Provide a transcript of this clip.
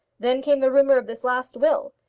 then came the rumour of this last will.